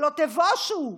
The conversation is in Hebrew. לא תבושו?